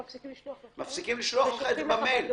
הם מפסיקים לך לשלוח את זה במייל,